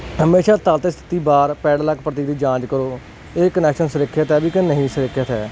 ਹਮੇਸ਼ਾ ਤਾਂ ਸਿੱਧੀ ਬਾਰ ਪੈਡਲੱਖ ਪੱਟੀ ਦੀ ਜਾਂਚ ਕਰੋ ਇਹ ਕਨੈਕਸ਼ਨ ਸੁਰੱਖਿਤ ਹੈ ਵੀ ਕਿ ਨਹੀਂ ਸੁਰੱਖਿਅਤ ਹੈ